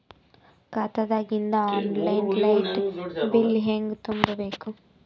ಖಾತಾದಾಗಿಂದ online light bill ಹೇಂಗ ತುಂಬಾ ಬೇಕು?